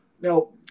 Now